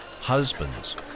Husbands